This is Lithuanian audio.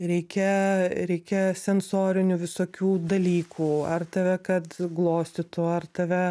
reikia reikia sensorinių visokių dalykų ar tave kad glostytų ar tave